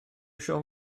siôn